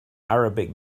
arabic